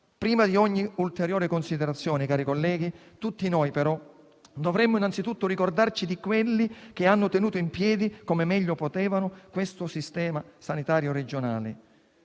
Prima di ogni ulteriore considerazione, cari colleghi, tutti noi però dovremmo innanzitutto ricordarci di quelli che hanno tenuto in piedi, come meglio potevano, questo Sistema sanitario regionale.